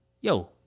yo